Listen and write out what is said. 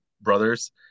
brothers